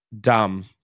dumb